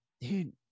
dude